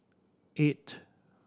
eight